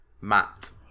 Matt